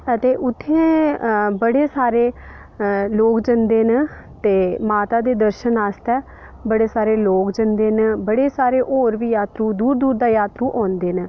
ते उत्थै बड़े सारे लोग जंदे न ते माता दे दर्शन आस्तै बड़े सारे लोक जंदे न बड़े सारे होर बी जात्तरू दूर दूर दा जात्तरू औंदे न